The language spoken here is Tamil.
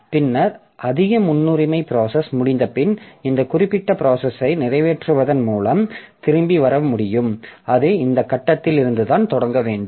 பின்னர் அதிக முன்னுரிமை ப்ராசஸ் முடிந்தபின் இந்த குறிப்பிட்ட ப்ராஸசை நிறைவேற்றுவதன் மூலம் திரும்பி வர முடியும் அது இந்த கட்டத்தில் இருந்து தான் தொடங்க வேண்டும்